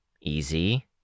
Easy